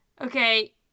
okay